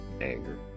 anger